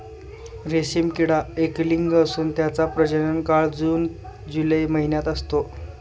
रेशीम किडा एकलिंगी असून त्याचा प्रजनन काळ जून जुलै महिन्यात असतो